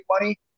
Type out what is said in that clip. money